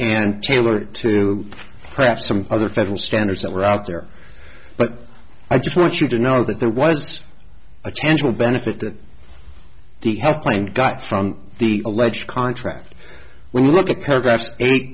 and tailor it to perhaps some other federal standards that were out there but i just want you to know that there was a tangible benefit that the health claim got from the alleged contract when you look at paragraphs eight